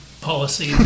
policy